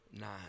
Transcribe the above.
nine